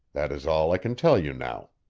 that is all i can tell you now.